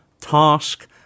task